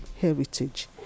heritage